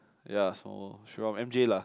ya so she from m_j lah